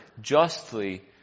justly